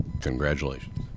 Congratulations